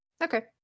Okay